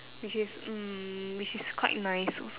which is mm which is quite nice also